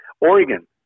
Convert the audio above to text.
Oregon